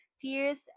tears